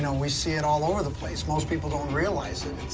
you know we see it all over the place. most people don't realize it.